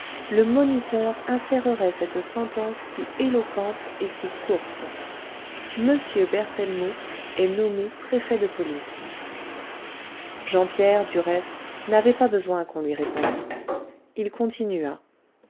le moniteur insérerait cette sentence si éloquente et si courte m berthellemot est nommé préfet de police jean pierre du reste n'avait pas besoin qu'on lui répondit il continua